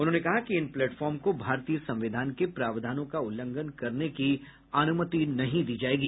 उन्होंने कहा कि इन प्लेटफार्म को भारतीय संविधान के प्रावधानों का उल्लंघन करने की अनुमति नहीं दी जायेंगी